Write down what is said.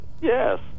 Yes